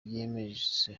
yemeza